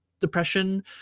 depression